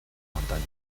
montaña